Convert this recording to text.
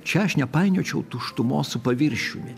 čia aš nepainiočiau tuštumos su paviršiumi